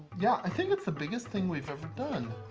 yeah. i think it's the biggest thing we've ever done,